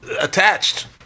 attached